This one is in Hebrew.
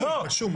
--- רגע.